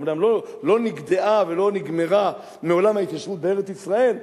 אומנם לא נגדעה ולא נגמרה מעולם ההתיישבות בארץ-ישראל,